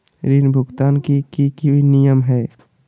ऋण भुगतान के की की नियम है?